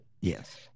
yes